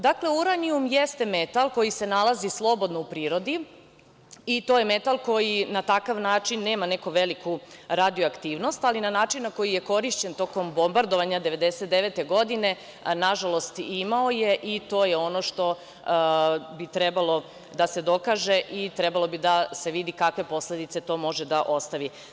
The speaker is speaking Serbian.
Dakle, uranijum jeste metal koji se nalazi slobodno u prirodi i to je metal koji na takav način nema neku veliku radio aktivnost, ali na način koji je korišćen tokom bombardovanja 1999. godine, nažalost imao je i to je ono što bi trebalo da se dokaže i trebalo bi da se vidi kakve posledice to može da ostavi.